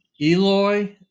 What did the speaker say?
Eloy